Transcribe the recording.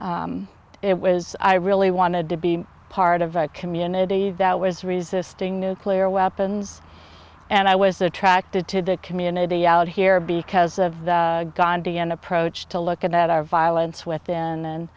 born it was i really wanted to be part of a community that was resisting nuclear weapons and i was attracted to the community out here because of the gandhian approach to look at that our violence within a